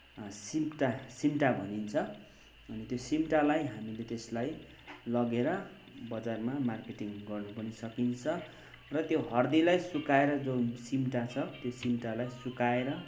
सिम्टा सिम्टा भनिन्छ अनि त्यो सिम्टालाई हामीले त्यसलाई लगेर बजारमा मार्केटिङ गर्नु पनि सकिन्छ र त्यो हर्दीलाई सुकाएर जो सिम्टा छ त्यो सिम्टालाई सुकाएर